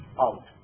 out